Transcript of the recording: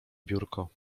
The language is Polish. biurko